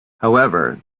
however